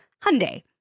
Hyundai